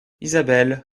isabelle